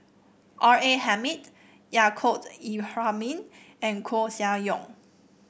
R A Hamid Yaacob Ibrahim and Koeh Sia Yong